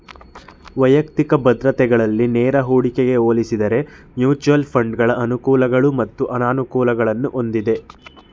ವೈಯಕ್ತಿಕ ಭದ್ರತೆಗಳಲ್ಲಿ ನೇರ ಹೂಡಿಕೆಗೆ ಹೋಲಿಸುದ್ರೆ ಮ್ಯೂಚುಯಲ್ ಫಂಡ್ಗಳ ಅನುಕೂಲಗಳು ಮತ್ತು ಅನಾನುಕೂಲಗಳನ್ನು ಹೊಂದಿದೆ